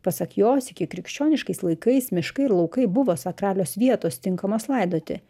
pasak jos ikikrikščioniškais laikais miškai ir laukai buvo sakralios vietos tinkamos laidoti